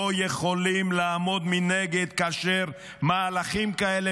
לא יכולים לעמוד מנגד כאשר מהלכים כאלה